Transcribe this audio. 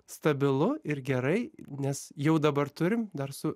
stabilu ir gerai nes jau dabar turim dar su